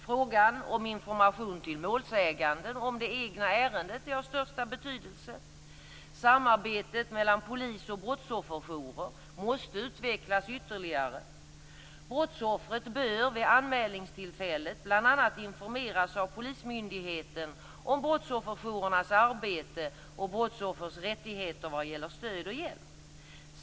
Frågan om information till målsäganden om det egna ärendet är av största betydelse. Samarbetet mellan polis och brottsofferjourer måste utvecklas ytterligare. Brottsoffret bör vid anmälningstillfället bl.a. informeras av polismyndigheten om brottsofferjourernas arbete och brottsoffers rättigheter vad gäller stöd och hjälp.